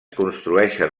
construeixen